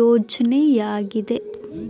ಯೋಜ್ನಯಾಗಿದೆ